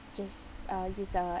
just uh use a